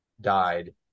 died